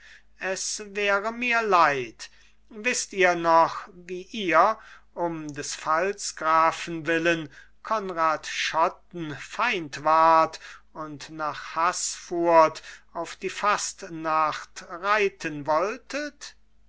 es wäre mir leid wißt ihr noch wie ihr um des pfalzgrafen willen konrad schotten feind wart und nach haßfurt auf die fastnacht reiten wolltet